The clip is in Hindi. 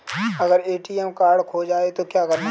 अगर ए.टी.एम कार्ड खो जाए तो क्या करना चाहिए?